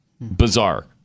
Bizarre